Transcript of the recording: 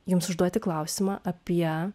jums užduoti klausimą apie